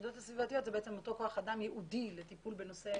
יחידות סביבתיות זה בעצם אותו כוח אדם ייעודי לטיפול בנושא סביבתי.